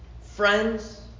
friends